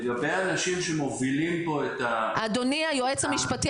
לגבי האנשים שמובילים פה את ה- -- אדוני היועץ המשפטי,